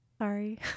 Sorry